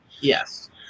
Yes